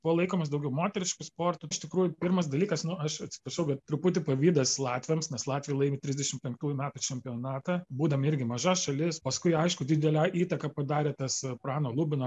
buvo laikomas daugiau moterišku sportu iš tikrųjų pirmas dalykas nu aš atsiprašau bet truputį pavydas latviams nes latviai laimi trisdešim penktųjų metų čempionatą būdami irgi maža šalis paskui aišku didelę įtaką padarė tas prano lubino